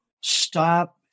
stop